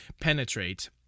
penetrate